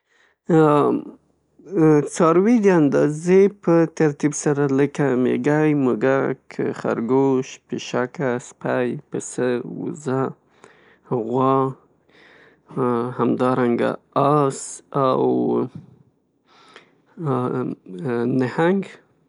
څاروي د اندازې په ترتیب سره لکه میږی، موږک، خرګوش، پیشکه، سپی، پسه، اووزه، غوا همدارنګه آس او نهنګ.